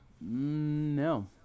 no